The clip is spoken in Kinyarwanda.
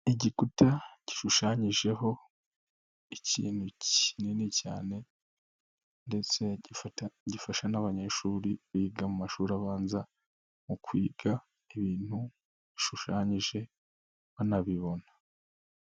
Igikuta gishushanyijeho ikintu kinini cyane ndetse gifasha n'abanyeshuri biga mu mashuri abanza mu kwiga ibintu bishushanyije banabibona.